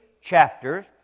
chapters